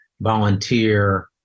volunteer